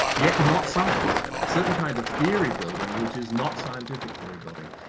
yet not science a certain kind of theory building which is not scientific theory building.